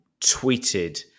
tweeted